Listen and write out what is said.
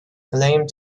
claimed